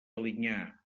alinyà